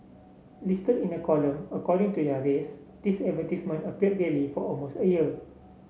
listed in a column according to their race these advertisements appeared daily for almost a year